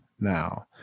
now